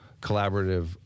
collaborative